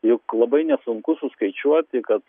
juk labai nesunku suskaičiuoti kad